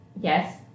Yes